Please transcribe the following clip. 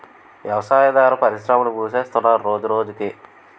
వ్యవసాయాదార పరిశ్రమలు మూసేస్తున్నరు రోజురోజకి